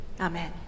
Amen